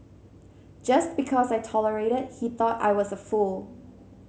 just because I tolerated he thought I was a fool